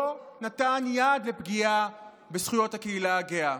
נתן יד לפגיעה בזכויות הקהילה הגאה.